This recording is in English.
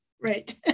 Right